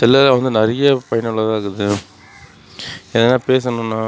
செல்லில் வந்து நிறைய பயனுள்ளதாகருக்குது எதுனா பேசணுன்னா